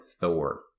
thor